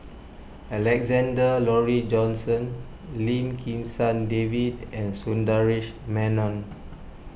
Alexander Laurie Johnston Lim Kim San David and Sundaresh Menon